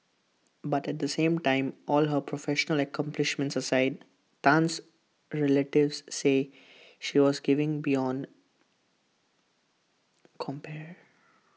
but at the same time all her professional accomplishments aside Tan's relatives say she was giving beyond compare